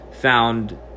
found